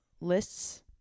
lists